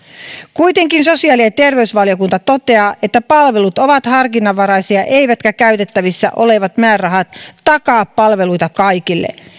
kuitenkin sosiaali ja terveysvaliokunta toteaa että palvelut ovat harkinnanvaraisia eivätkä käytettävissä olevat määrärahat takaa palveluita kaikille